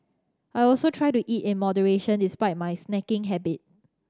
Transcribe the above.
I also try to eat in moderation despite my snacking habit